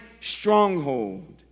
stronghold